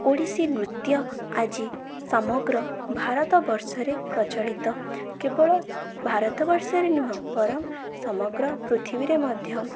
ଓଡ଼ିଶୀ ନୃତ୍ୟ ଆଜି ସମଗ୍ର ଭାରତବର୍ଷରେ ପ୍ରଚଳିତ କେବଳ ଭାରତବର୍ଷରେ ନୁହଁ ବରଂ ସମଗ୍ର ପୃଥିବୀରେ ମଧ୍ୟ